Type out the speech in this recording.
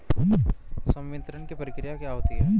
संवितरण की प्रक्रिया क्या होती है?